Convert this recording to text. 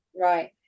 Right